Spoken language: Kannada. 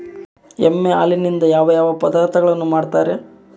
ಎಮ್ಮೆ ಹಾಲಿನಿಂದ ಯಾವ ಯಾವ ಪದಾರ್ಥಗಳು ಮಾಡ್ತಾರೆ?